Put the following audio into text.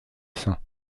saint